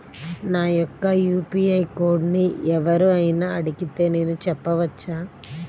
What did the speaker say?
నా యొక్క యూ.పీ.ఐ కోడ్ని ఎవరు అయినా అడిగితే నేను చెప్పవచ్చా?